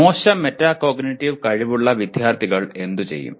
മോശം മെറ്റാകോഗ്നിറ്റീവ് കഴിവുള്ള വിദ്യാർത്ഥികൾ എന്തുചെയ്യും